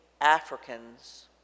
Africans